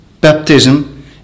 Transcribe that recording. Baptism